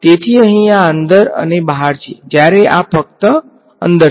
તેથી અહી આ અંદર અને બહાર છે જયારે આ ફક્ત અંદર છે